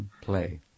Play